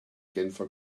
genfer